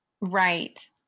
Right